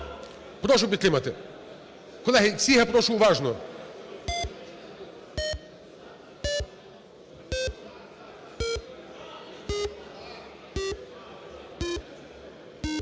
Прошу підтримати. Колеги, всіх я прошу уважно.